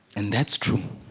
and that's true